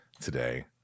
today